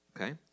Okay